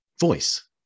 voice